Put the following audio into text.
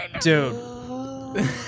Dude